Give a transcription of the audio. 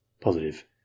positive